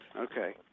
Okay